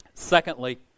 secondly